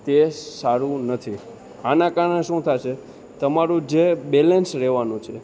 તે સારું નથી આના કારણે શું થાસે તમારું જે બેલેન્સ રહેવાનું છે